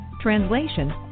translation